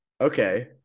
okay